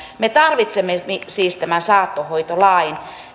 me tarvitsemme siis saattohoitolain